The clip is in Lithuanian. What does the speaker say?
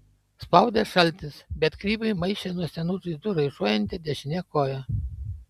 spaudė šaltis bet kriviui maišė nuo senų žaizdų raišuojanti dešinė koja